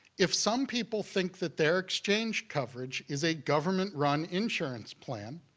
if some people think that their exchange coverage is a government-run insurance plan,